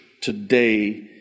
today